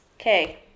Okay